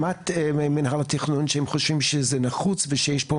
שמעת ממינהל התכנון שהם חושבים שזה נחוץ ושיש פה